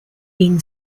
been